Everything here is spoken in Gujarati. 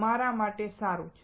તમારા માટે શું સારું છે